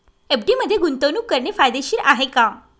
FD मध्ये गुंतवणूक करणे फायदेशीर आहे का?